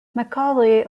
macaulay